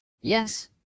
Yes